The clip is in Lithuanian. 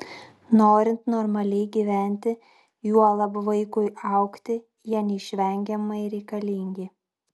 norint normaliai gyventi juolab vaikui augti jie neišvengiamai reikalingi